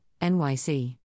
NYC